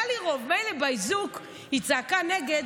מילא שעל האיזוק היא צעקה נגד,